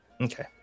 Okay